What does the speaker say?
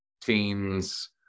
teens